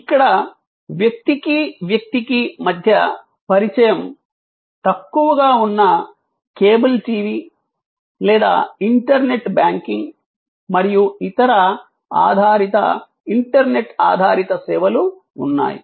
ఇక్కడ వ్యక్తికి వ్యక్తికి మధ్య పరిచయం తక్కువగా ఉన్న కేబుల్ టివి లేదా ఇంటర్నెట్ బ్యాంకింగ్ మరియు ఇతర ఇంటర్నెట్ ఆధారిత సేవలు ఉన్నాయి